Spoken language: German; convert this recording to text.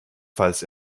falls